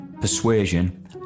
persuasion